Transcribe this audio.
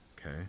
Okay